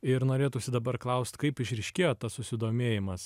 ir norėtųsi dabar klaust kaip išryškėjo tas susidomėjimas